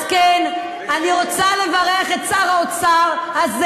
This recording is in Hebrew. אז כן, אני רוצה לברך את שר האוצר הזה,